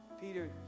Peter